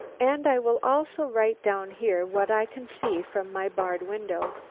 and i will also write down here what i can see from my barred window.